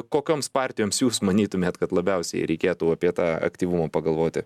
kokioms partijoms jūs manytumėt kad labiausiai reikėtų apie tą aktyvumą pagalvoti